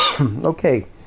Okay